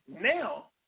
Now